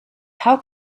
how